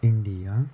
India